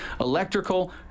Electrical